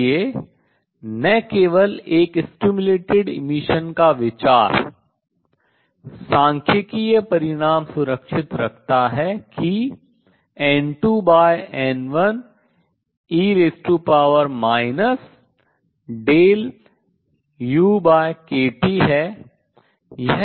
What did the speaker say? इसलिए न केवल एक उद्दीपित उत्सर्जन का विचार सांख्यिकीय परिणाम सुरक्षित रखता है कि N2 N1 e ukT है